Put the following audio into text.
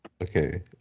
Okay